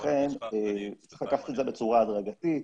לכן צריך לקחת את זה בצורה הדרגתית,